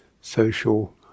social